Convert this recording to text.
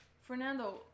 Fernando